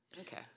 Okay